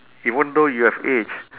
even though you have aged